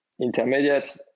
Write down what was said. intermediate